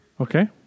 Okay